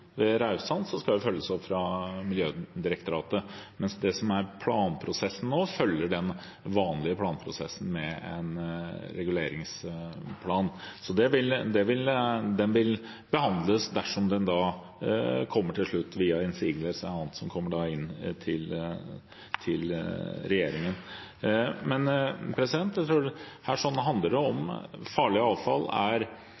skal følges opp av Miljødirektoratet, mens planprosessen nå følger den vanlige planprosessen med en reguleringsplan. Så den vil behandles dersom den til slutt kommer – via innsigelser eller annet som kommer inn – til regjeringen. Her handler det om at farlig avfall er noe vi må se på. Det